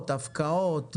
הפקעות,